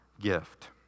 gift